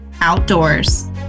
outdoors